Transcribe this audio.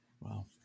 Wow